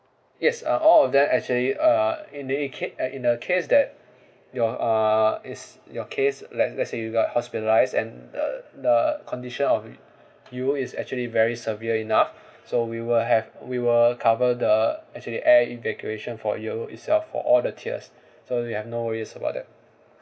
yes uh all of that actually uh indicate uh in the case that your uh is your case let's let's say you got hospitalised and the the condition of you is actually very severe enough so we will have we will cover the actually air evacuation for you itself for all the tiers so you have no worries about that